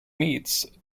meats